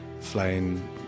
flying